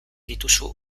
dituzu